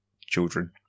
children